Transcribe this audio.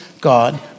God